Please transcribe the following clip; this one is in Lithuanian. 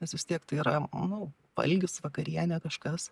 nes vis tiek tai yra nu valgis vakarienė kažkas